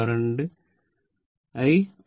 current I